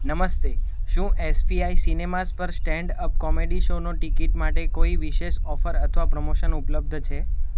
નમસ્તે શું SPI cinemas પર સ્ટેન્ડ અપ કોમેડી શોનો ટિકિટ માટે કોઈ વિશેષ ઓફર અથવા પ્રમોશન ઉપલબ્ધ છે